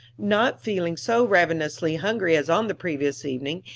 not feeling so ravenously hungry as on the previous evening,